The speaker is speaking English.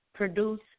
produce